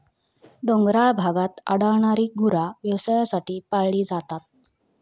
डोंगराळ भागात आढळणारी गुरा व्यवसायासाठी पाळली जातात